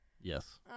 yes